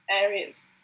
areas